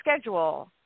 schedule